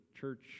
church